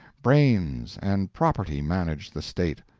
brains and property managed the state.